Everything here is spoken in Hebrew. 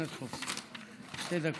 שנמצאת כאן,